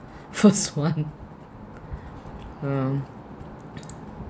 first one um